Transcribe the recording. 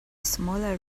smaller